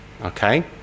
Okay